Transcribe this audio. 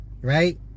right